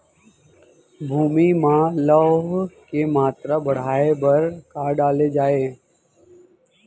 भूमि मा लौह के मात्रा बढ़ाये बर का डाले जाये?